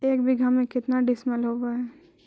एक बीघा में केतना डिसिमिल होव हइ?